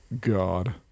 God